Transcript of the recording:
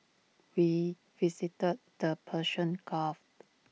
we visited the Persian gulf